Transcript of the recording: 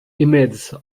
image